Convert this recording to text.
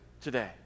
today